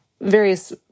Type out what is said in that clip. various